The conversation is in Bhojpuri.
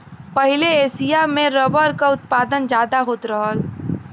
पहिले एसिया में रबर क उत्पादन जादा होत रहल